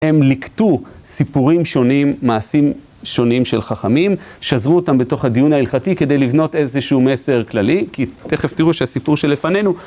הם ליקטו סיפורים שונים, מעשים שונים של חכמים, שזרו אותם בתוך הדיון ההלכתי כדי לבנות איזשהו מסר כללי, כי תכף תראו שהסיפור שלפנינו.